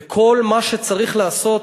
וכל מה שצריך לעשות,